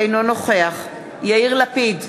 אינו נוכח יאיר לפיד,